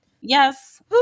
yes